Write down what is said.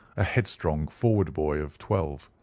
a headstrong forward boy of twelve.